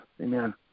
Amen